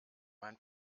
mein